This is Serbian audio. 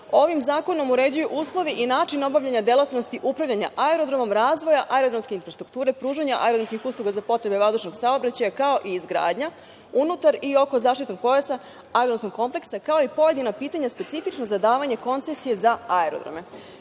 ovim zakonom uređuju uslovi i načini obavljanja delatnosti upravljanja aerodromom, razvoja aerodromske infrastrukture, pružanja aerodromskih usluga za potrebe vazdušnog saobraćaja, kao i izgradnja unutar i oko zaštitnog pojasa aerodromskog kompleksa, kao i pojedina pitanja specifična za davanje koncesije za aerodrome. Smatram